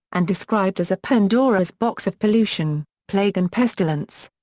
and described as a pandora's box of pollution, plague and pestilence.